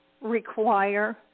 require